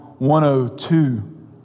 102